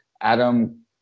Adam